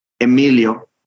Emilio